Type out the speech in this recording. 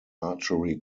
archery